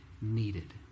needed